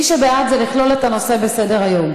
מי שבעד, זה לכלול את הנושא בסדר-היום.